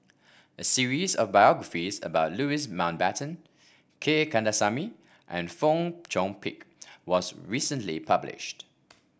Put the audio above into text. a series of biographies about Louis Mountbatten K Kandasamy and Fong Chong Pik was recently published